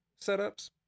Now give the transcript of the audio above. setups